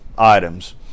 items